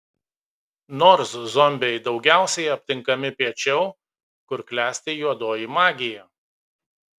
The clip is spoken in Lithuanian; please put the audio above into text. nors zombiai daugiausiai aptinkami piečiau kur klesti juodoji magija